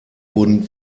wurden